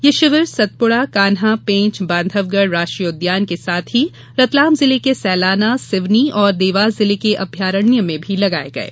यह शिविर सतपुड़ा कान्हा पेंच बांधवगढ़ राष्ट्रीय उद्यान के साथ ही रतलाम जिले के सैलाना सिवनी और देवास जिले के अभयारण्य में भी लगाये गये